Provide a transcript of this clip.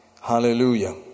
hallelujah